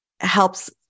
helps